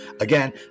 Again